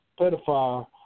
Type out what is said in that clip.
pedophile